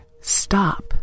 stop